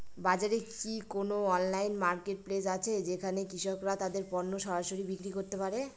বাজারে কি কোন অনলাইন মার্কেটপ্লেস আছে যেখানে কৃষকরা তাদের পণ্য সরাসরি বিক্রি করতে পারে?